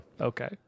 Okay